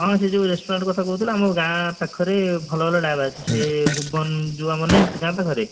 ହଁ ସେ ଯେଉଁ ରେଷ୍ଟୁରାଣ୍ଟ୍ କଥା କହୁଥିଲୁ ଆମ ଗାଁ ପାଖରେ ଭଲ ଭଲ ଢାବା ଅଛି ସେ ଭୁବନ ଯେଉଁ ନାହିଁ ଆମର ଗାଁ ପାଖରେ